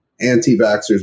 anti-vaxxers